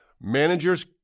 Managers